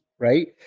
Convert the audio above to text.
Right